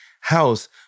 House